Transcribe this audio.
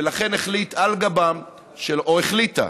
ולכן החליט, או החליטה,